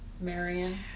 Marion